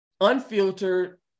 unfiltered